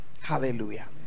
hallelujah